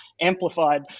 amplified